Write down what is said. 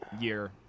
year